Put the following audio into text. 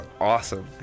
awesome